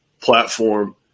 platform